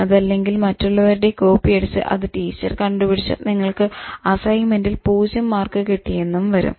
അതല്ലെങ്കിൽ മറ്റുള്ളവരുടെ കോപ്പിയടിച്ച് അത് ടീച്ചർ കണ്ടുപിടിച്ച് നിങ്ങൾക്ക് അസ്സൈന്മെന്റ്റിൽ പൂജ്യം മാർക്ക് കിട്ടിയെന്നും വരും